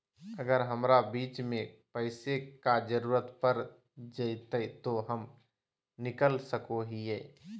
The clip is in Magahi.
अगर हमरा बीच में पैसे का जरूरत पड़ जयते तो हम निकल सको हीये